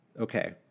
Okay